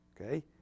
Okay